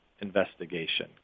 investigation